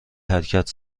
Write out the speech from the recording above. حرکت